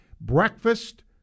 breakfast